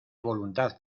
voluntad